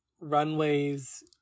runways